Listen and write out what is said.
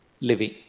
living